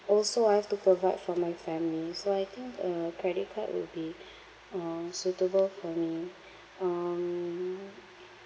also I have to provide for my family so I think a credit card will be um suitable for me um